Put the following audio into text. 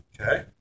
Okay